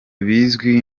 bizwi